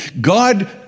God